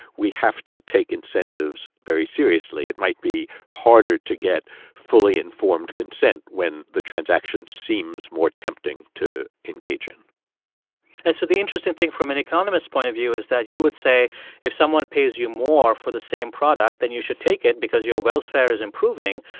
we have to take incentives very seriously. it might be harder to get fully informed consent when the transaction seems more tempting to engage in and so the interesting thing from an economist's point of view is that you would say if someone pays you more for the same product, then you should take it because your welfare is improving.